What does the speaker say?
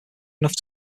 enough